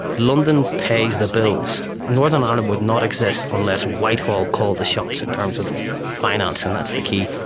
london pays the bills. northern ireland would not exist unless whitehall called the shots in terms of finance, and that's the key.